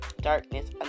darkness